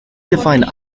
defined